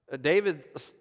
David